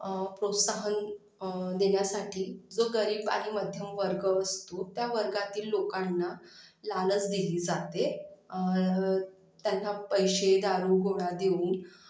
प्रोत्साहन देण्यासाठी जो गरीब आणि मध्यमवर्ग असतो त्या वर्गातील लोकांना लालच दिली जाते त्यांना पैसे दारुगोळा देऊन